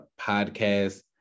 podcast